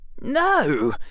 No